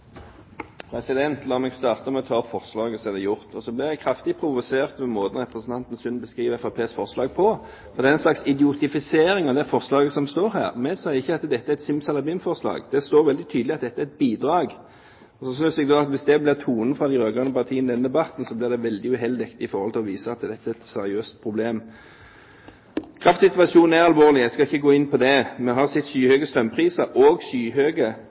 La meg starte med å ta opp forslaget, så er det gjort. Jeg ble kraftig provosert av måten representanten Sund beskriver Fremskrittspartiets forslag på, og den slags idiotifisering av forslaget som står her. Vi sier ikke at dette er et simsalabim-forslag. Det står veldig tydelig at dette er et bidrag. Hvis dette blir tonen fra de rød-grønne partiene i denne debatten, blir det veldig uheldig med tanke på å vise at dette er et seriøst problem. Kraftsituasjonen er alvorlig. Jeg skal ikke gå inn på det. Vi har sett skyhøye strømpriser og